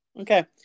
Okay